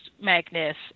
Magnus